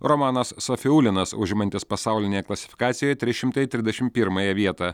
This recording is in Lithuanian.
romanas sofiulinas užimantis pasaulinėje klasifikacijoje trys šimtai trisdešim pirmąją vietą